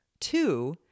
Two